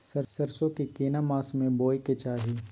सरसो के केना मास में बोय के चाही?